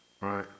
right